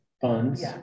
funds